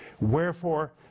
Wherefore